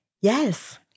Yes